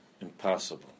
impossible